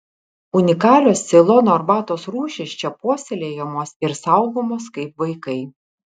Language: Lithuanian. unikalios ceilono arbatos rūšys čia puoselėjamos ir saugomos kaip vaikai